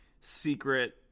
secret